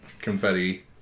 confetti